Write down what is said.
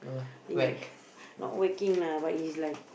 think not working lah but it's like